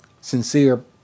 sincere